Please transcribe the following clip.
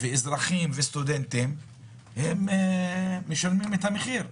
ויש אזרחים וסטודנטים שמשלמים את המחיר.